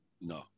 No